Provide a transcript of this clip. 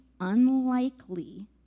unlikely